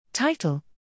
Title